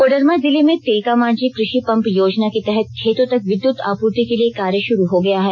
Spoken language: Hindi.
कोडरमा जिले में तिलकामांझी कृषि पंप योजना के तहत खेतों तक विद्युत आपूर्ति के लिए कार्य शुरू हो गया है